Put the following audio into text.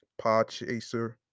Podchaser